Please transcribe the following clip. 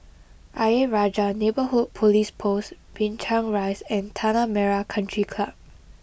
Ayer Rajah Neighbourhood Police Post Binchang Rise and Tanah Merah Country Club